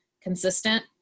consistent